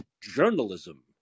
journalism